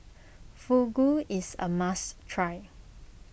Fugu is a must try